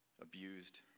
abused